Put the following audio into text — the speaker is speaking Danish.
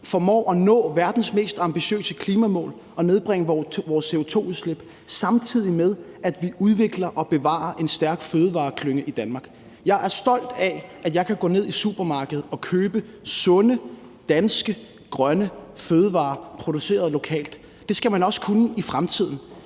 formår at nå verdens mest ambitiøse klimamål og nedbringe vores CO2-udslip, samtidig med at vi udvikler og bevarer en stærk fødevareklynge i Danmark. Jeg er stolt af, at jeg kan gå ned i supermarkedet og købe sunde danske grønne fødevarer produceret lokalt, og det skal man også kunne i fremtiden.